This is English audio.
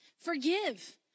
Forgive